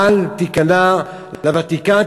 אל תיכנע לוותיקן,